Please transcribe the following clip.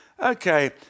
Okay